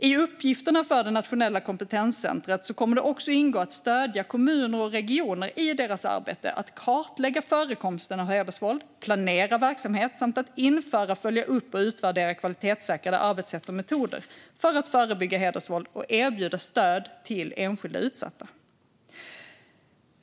I uppgifterna för det nationella kompetenscentrumet kommer också att ingå att stödja kommuner och regioner i deras arbete med att kartlägga förekomsten av hedersvåld, planera verksamhet och införa, följa upp och utvärdera kvalitetssäkrade arbetssätt och metoder för att förebygga hedersvåld och erbjuda stöd till enskilda utsatta.